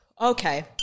Okay